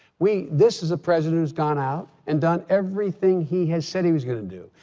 we this is a president who's gone out and done everything he has said he was going to do.